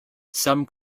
some